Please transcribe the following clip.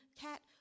cat